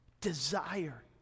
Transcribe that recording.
desire